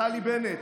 נפתלי בנט,